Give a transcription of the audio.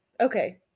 Okay